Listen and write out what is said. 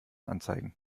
anzeigen